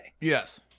Yes